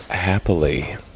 Happily